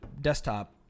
desktop